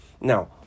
Now